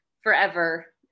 forever